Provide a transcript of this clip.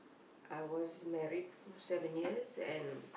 I was married seven years and